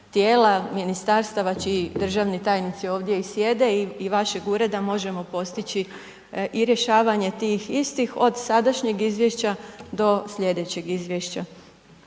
tijela, ministarstava čiji državni tajnici ovdje i sjede i vašeg ureda možemo postići i rješavanje tih istih od sadašnjeg izvješća do sljedećeg izvješća.